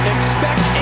Expect